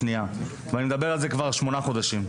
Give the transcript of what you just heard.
אני מדבר על זה כבר שמונה חודשים.